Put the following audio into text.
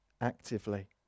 actively